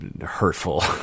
hurtful